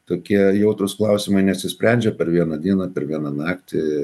tokie jautrūs klausimai nesisprendžia per vieną dieną per vieną naktį